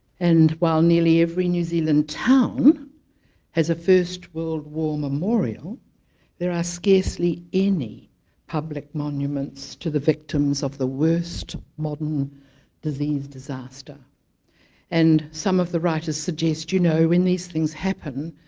and while nearly every new zealand town has a first world war memorial there are scarcely any public monuments to the victims of the worst modern disease disaster and some of the writers suggest you know when these things happen